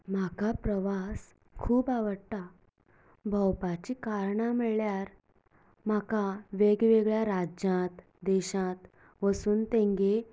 म्हाका प्रवास खूब आवडटा भोंवपाची कारणां म्हणल्यार म्हाका वेगवेगळ्या राज्यांत देशांत वसून तेंगें